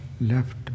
left